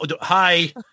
hi